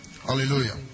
Hallelujah